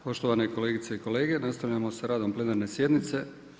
Poštovane kolegice i kolege, nastavljamo sa radom plenarne sjednice.